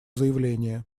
заявление